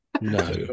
No